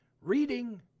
reading